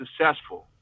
successful